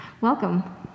Welcome